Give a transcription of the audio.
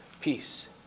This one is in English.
Peace